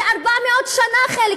400 שנה קודם,